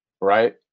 right